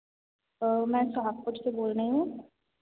मैं कागपुर से बोल रही हूँ